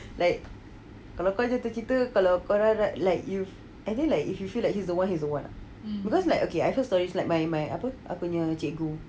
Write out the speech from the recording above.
like kalau kau jatuh cinta kalau kau ra~ ra~ like you and then you feel like he's the one he's the one ah because like I heard stories like my apa apanya cikgu